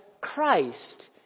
Christ